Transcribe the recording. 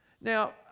Now